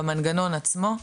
במנגנון עצמו,